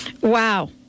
Wow